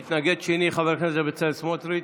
מתנגד שני, חבר הכנסת בצלאל סמוטריץ',